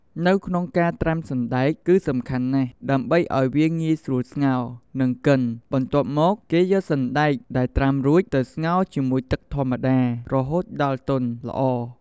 នៅក្នុងការត្រាំសណ្តែកគឺសំខាន់ណាស់ដើម្បីឲ្យវាងាយស្រួលស្ងោរ និងកិន បន្ទាប់មក គេយកសណ្តែកដែលត្រាំរួចទៅស្ងោរជាមួយទឹកធម្មតា រហូតដល់ទុនល្អ។